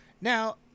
Now